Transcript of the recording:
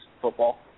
football